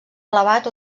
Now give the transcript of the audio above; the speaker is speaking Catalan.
elevat